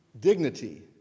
dignity